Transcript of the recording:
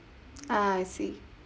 ah I see